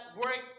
work